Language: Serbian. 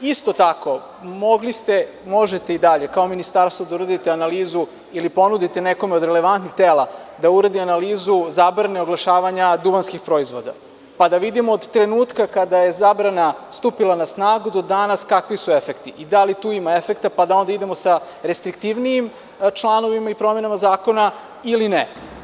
Isto tako, mogli ste, možete i dalje kao ministarstvo da uradite analizu ili ponudite nekome od relevantnih tela da uradi analizu zabrane oglašavanja duvanskih proizvoda, pa da vidimo od trenutka kada je zabrana stupila na snagu do danas, kakvi su efekti i da li tu ima efekta, pa da onda idemo sa restriktivnijim članovima i promenama zakona ili ne.